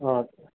অঁ